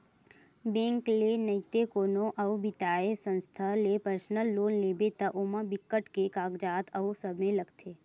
bank ले नइते कोनो अउ बित्तीय संस्था ले पर्सनल लोन लेबे त ओमा बिकट के कागजात अउ समे लागथे